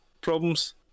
problems